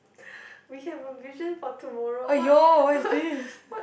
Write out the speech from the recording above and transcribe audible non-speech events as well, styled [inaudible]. [breath] we have a vision for tomorrow what what what